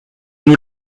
nous